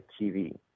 TV